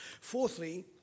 Fourthly